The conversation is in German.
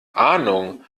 ahnung